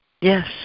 Yes